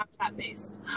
Snapchat-based